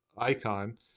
icon